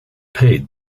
paid